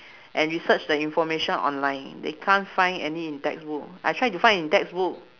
and research the information online they can't find any in textbook I've tried to find in textbook